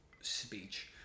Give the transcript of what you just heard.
speech